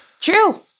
True